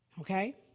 Okay